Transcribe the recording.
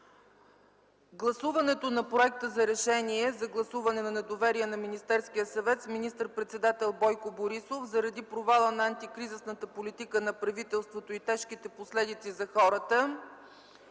Гласуване на проекта за Решение за гласуване на недоверие на Министерския съвет с министър-председател Бойко Борисов заради провала на антикризисната политика на правителството и тежките последици за хората.